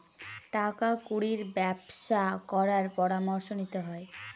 টাকা কুড়ির ব্যবসা করার পরামর্শ নিতে হয়